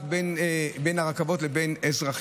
בין הולכי רגל לבין רכבים לבין מסילות